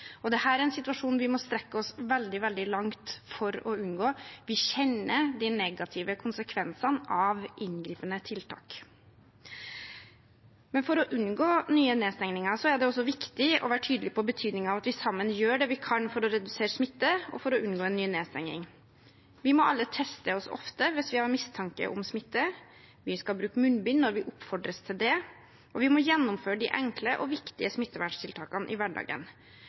og depresjoner. Dette er en situasjon vi må strekke oss veldig, veldig langt for å unngå. Vi kjenner de negative konsekvensene av inngripende tiltak. For å unngå nye nedstengninger er det viktig å være tydelig på betydningen av at vi sammen gjør det vi kan for å redusere smitte og unngå en ny nedstengning. Vi må alle teste oss ofte hvis vi har mistanke om smitte. Vi skal bruke munnbind når vi oppfordres til det, og vi må gjennomføre de enkle og viktige smitteverntiltakene i hverdagen.